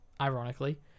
ironically